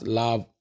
love